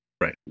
Right